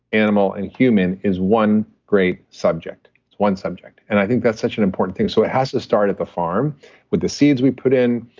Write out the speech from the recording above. animal, and human is one great subject. it's one subject, and i think that's such an important thing, so it has to start at the farm with the seeds we put in,